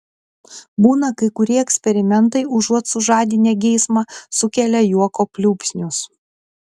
būna kai kurie eksperimentai užuot sužadinę geismą sukelia juoko pliūpsnius